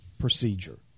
procedure